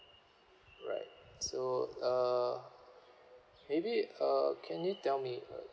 right so uh maybe uh can you tell me uh